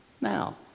Now